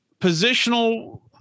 positional